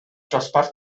dosbarth